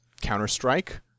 Counter-Strike